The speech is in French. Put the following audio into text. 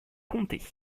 compter